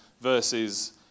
versus